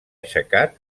aixecat